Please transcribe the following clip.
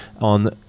on